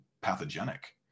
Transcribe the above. pathogenic